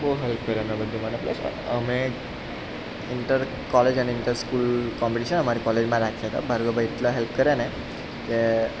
બહુ હેલ્પ કરે અમને બધી વાતે અમે ઈન્ટર કોલેજ અને ઇન્ટર સ્કૂલ કોમ્પિટિસન અમારી કોલેજમાં રાખ્યા હતા ભાર્ગવભાઈ એટલા હેલ્પ કરે ને કે